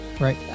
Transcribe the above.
right